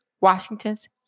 Washington's